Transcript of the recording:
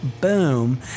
boom